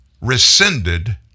rescinded